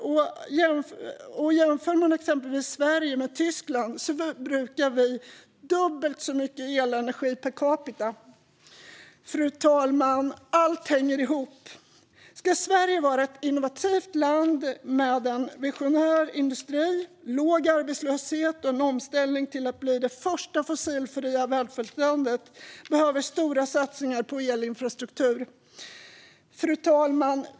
Och jämför man exempelvis Sverige med Tyskland förbrukar vi dubbelt så mycket elenergi per capita. Fru talman! Allt hänger ihop. Ska Sverige vara ett innovativt land med en visionär industri och en låg arbetslöshet samt kunna ställa om till att bli det första fossilfria välfärdslandet behövs stora satsningar på elinfrastruktur.